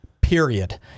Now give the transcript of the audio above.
period